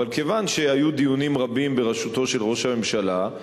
אבל כיוון שהיו דיונים רבים בראשותו של ראש הממשלה,